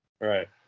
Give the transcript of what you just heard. Right